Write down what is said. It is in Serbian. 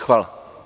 Hvala.